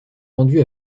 rendues